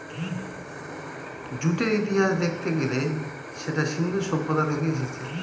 জুটের ইতিহাস দেখতে গেলে সেটা সিন্ধু সভ্যতা থেকে এসেছে